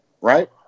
right